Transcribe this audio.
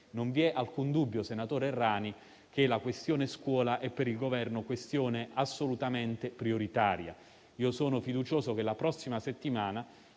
Non vi è alcun dubbio, senatore Errani, che la questione scuola è per il Governo una questione assolutamente prioritaria. Sono fiducioso che la prossima settimana